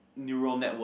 neural network